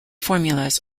formulas